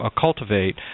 cultivate